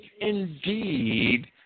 indeed